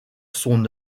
son